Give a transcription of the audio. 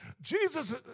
Jesus